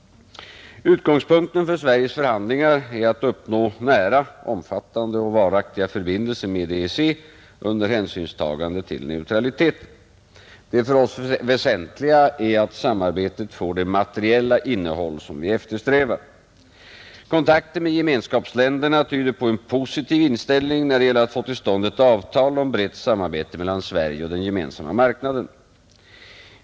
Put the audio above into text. Utgångspunkten för Sveriges förhandlingar är att uppnå nära, omfattande och varaktiga förbindelser med EEC under hänsynstagande till neutraliteten. Det för oss väsentliga är att samarbetet får det materiella innehåll, som vi eftersträvar. Kontakter med gemenskapsländerna tyder på en positiv inställning när det gäller att få till stånd ett avtal om brett samarbete mellan Sverige och den gemensamma marknaden.